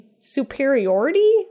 superiority